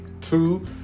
Two